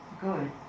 good